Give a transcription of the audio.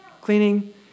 cleaning